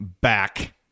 back